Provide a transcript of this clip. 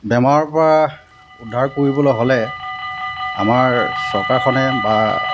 বেমাৰৰপৰা উদ্ধাৰ কৰিবলৈ হ'লে আমাৰ চৰকাৰখনে বা